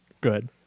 good